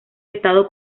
estado